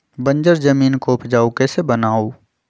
बंजर जमीन को उपजाऊ कैसे बनाय?